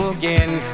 again